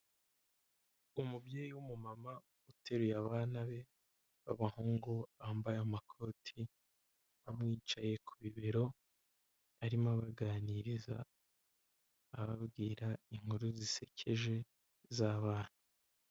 Umubyeyi w'umumama uteruye abana be b'abahungu, bambaye amakoti bamwicaye ku bibero arimo abaganiriza ababwira inkuru zisekeje z'abana.